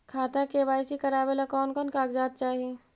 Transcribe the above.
खाता के के.वाई.सी करावेला कौन कौन कागजात चाही?